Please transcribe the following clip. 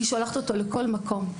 היא שולחת אותו לכל מקום.